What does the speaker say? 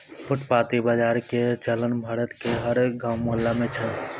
फुटपाती बाजार के चलन भारत के हर गांव मुहल्ला मॅ छै